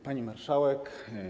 Pani Marszałek!